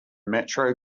metro